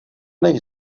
než